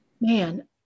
man